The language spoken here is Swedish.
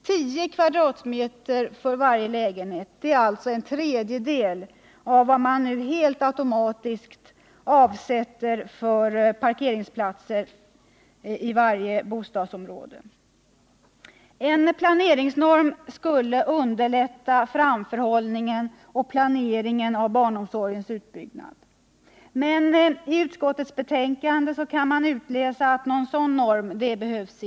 10 kvadratmeter för varje lägenhet — det är alltså en tredjedel av vad man nu helt automatiskt avsätter för parkeringsplatser i varje bostadsområde. En planeringsnorm skulle underlätta framförhållningen och planeringen av barnomsorgens utbyggnad. Men ur utskottets betänkande kan man utläsa att någon sådan norm inte behövs.